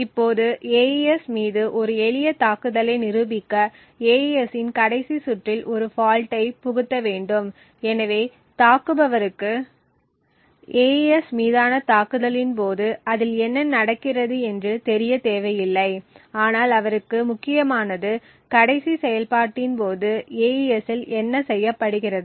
இப்போது AES மீது ஒரு எளிய தாக்குதலை நிரூபிக்க AES இன் கடைசி சுற்றில் ஒரு ஃபால்ட்டை புகுத்த வேண்டும் எனவே தாக்குபவருக்கு AES மீதான தாக்குதலின் போது அதில் என்ன நடக்கிறது என்று தெரிய தேவையில்லை ஆனால் அவருக்கு முக்கியமானது கடைசி செயல்பாட்டின் போது AES இல் என்ன செய்யப்படுகிறது